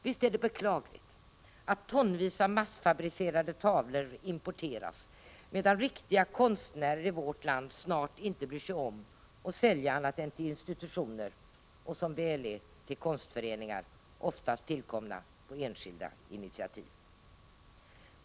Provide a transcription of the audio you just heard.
Visst är det beklagligt att tonvis med massfabricerade tavlor importeras, medan riktiga konstnärer i vårt land snart inte bryr sig om att sälja annat än till institutioner och som väl är till konstföreningar, oftast tillkomna på enskilda initiativ.